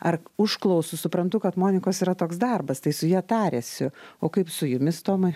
ar užklausų suprantu kad monikos yra toks darbas tai su ja tariasi o kaip su jumis tomai